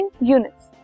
units